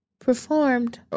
performed